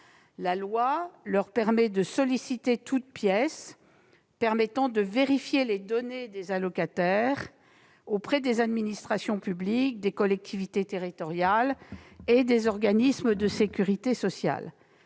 La loi leur permet de solliciter toute pièce permettant de vérifier les données des allocataires auprès des administrations publiques, des collectivités territoriales et des organismes de sécurité sociale.